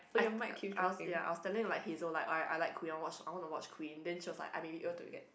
I I was ya I was telling like Hazel like oh I I like Queen I wanna watch I wanna watch Queen then she was like I may be able to get